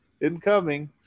incoming